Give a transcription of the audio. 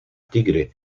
tigre